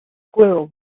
squirrel